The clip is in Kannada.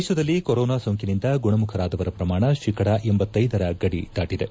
ದೇಶದಲ್ಲಿ ಕೊರೋನಾ ಸೋಂಕಿನಿಂದ ಗುಣಮುಖರಾದವರ ಪ್ರಮಾಣ ಶೇಕಡ ಖರ ಗಡಿ ದಾಟದೆ